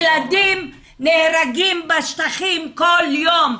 ילדים נהרגים בשטחים כל יום.